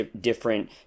different